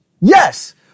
Yes